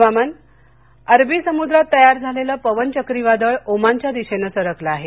हवामान अरबी समुद्रात तयार झालेलं पवन चक्रीवादळ ओमानच्या दिशेनं सरकलं आहे